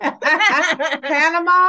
Panama